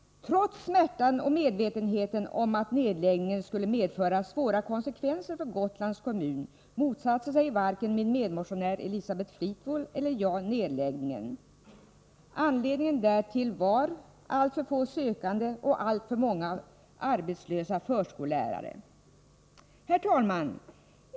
Trots smärtan och medvetenheten om att nedläggningen skulle få svåra konsekvenser för Gotlands kommun motsatte sig varken min medmotionär, Elisabeth Fleetwood eller jag själv nedläggningen. Anledningen därtill var att det fanns alltför få sökande och alltför många arbetslösa förskollärare. Herr talman!